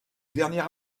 dernier